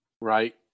right